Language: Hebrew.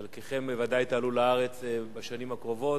חלקכם בוודאי תעלו לארץ בשנים הקרובות,